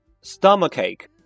stomachache